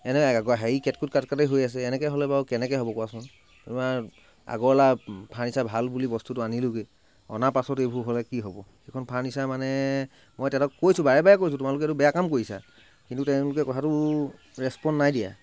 এনে হেৰি এনেকৈ কেটকূট কাটকাটে হৈ আছে এনেকৈ হ'লে বাৰু কেনেকৈ হ'ব বাৰু কোৱাচোন তোমাৰ আগৰৱালা ফাৰ্নিচাৰ ভাল বুলি বস্তু্টো আনিলোগৈ অনা পিছত এইবোৰ হ'লে কি হ'ব এইখন ফাৰ্নিচাৰ মানে মই তেহেঁতক কৈছোঁ বাৰে বাৰে কৈছোঁ তোমালোকে এইটো বেয়া কাম কৰিছা কিন্তু তেওঁলোকে কথাটো ৰেচপ'ন নাই দিয়া